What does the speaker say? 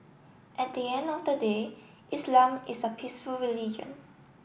at the end of the day Islam is a peaceful religion